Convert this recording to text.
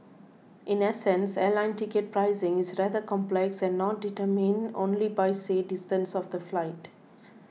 in essence airline ticket pricing is rather complex and not determined only by say distance of the flight